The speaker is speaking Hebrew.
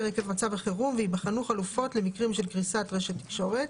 עקב מצב החירום וייבחנו חלופות למקרים של קריסת רשת תקשורת.